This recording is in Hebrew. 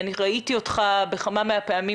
ראיתי אותך בכמה מהדיונים.